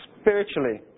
spiritually